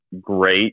great